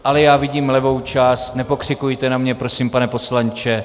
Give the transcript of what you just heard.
Ale já vidím levou část, nepokřikujte na mě prosím, pane poslanče.